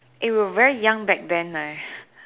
eh we're very young back then leh